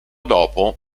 dopo